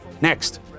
Next